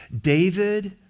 David